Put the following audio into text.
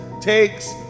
takes